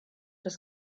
das